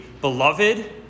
beloved